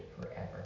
forever